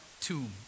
tomb